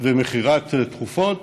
ומכירת תרופות